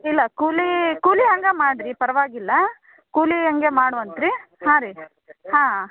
ಇಲ್ಲ ಕೂಲೀ ಕೂಲಿ ಹಂಗೆ ಮಾಡ್ರಿ ಪರವಾಗಿಲ್ಲ ಕೂಲಿ ಹಂಗೆ ಮಾಡುವಂತ ರೀ ಹಾಂ ರೀ ಹಾಂ